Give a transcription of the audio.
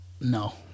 No